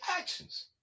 actions